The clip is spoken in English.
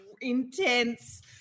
intense